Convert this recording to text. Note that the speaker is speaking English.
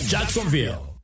Jacksonville